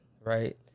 right